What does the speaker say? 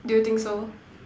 do you think so